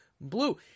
blue